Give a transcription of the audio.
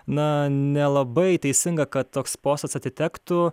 na nelabai teisinga kad toks postas atitektų